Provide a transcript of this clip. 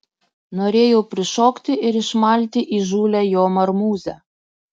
norėjau prišokti ir išmalti įžūlią jo marmūzę